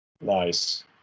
Nice